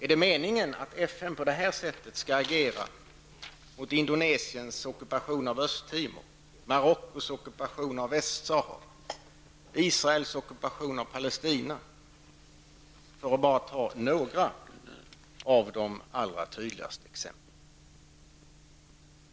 Är det meningen att FN skall agera på detta sätt mot Indonesiens ockupation av Östtimor, Marockos ockupation av Västsahara och Israels ockupation av Palestina, för att bara ta några av de allra tydligaste exemplen?